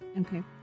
okay